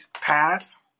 path